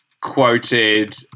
quoted